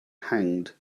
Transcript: hanged